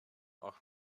auch